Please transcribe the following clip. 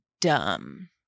dumb